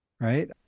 right